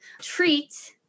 treat